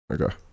Okay